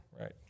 Right